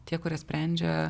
tie kurie sprendžia